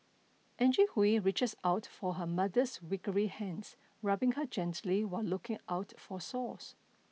Angie Hui reaches out for her mother's hands rubbing her gently while looking out for sores